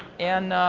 and